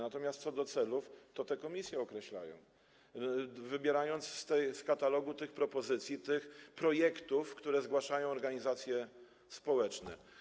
Natomiast co do celów to te komisje je określają, wybierając z katalogu tych propozycji, tych projektów, które zgłaszają organizacje społeczne.